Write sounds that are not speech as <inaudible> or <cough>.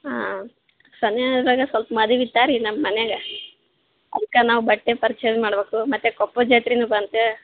ಹಾಂ <unintelligible> ಸ್ವಲ್ಪ ಮದುವೆ ಇತ್ತು ರಿ ನಮ್ಮ ಮನೆಯಾಗ ಅದ್ಕೆ ನಾವು ಬಟ್ಟೆ ಪರ್ಚೇಸ್ ಮಾಡಬೇಕು ಮತ್ತು ಕೊಪ್ಪಳ ಜಾತ್ರೆನೂ ಬಂತು